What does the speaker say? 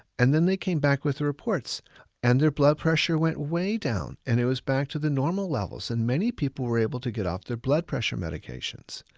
and then they came back with the reports and their blood pressure went way down and it was back to the normal levels. and many people were able to get off their blood pressure medications.